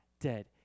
dead